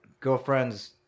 girlfriend's